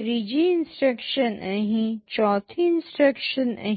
ત્રીજી ઇન્સટ્રક્શન અહીં ચોથી ઇન્સટ્રક્શન અહીં